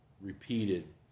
repeated